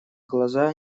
глаза